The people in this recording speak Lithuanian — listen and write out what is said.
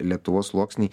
lietuvos sluoksny